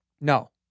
No